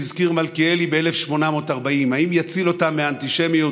האנטישמיות שהזכיר מלכיאלי ב-1840: האם תציל אותם מאנטישמיות